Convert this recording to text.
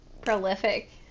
prolific